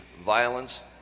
violence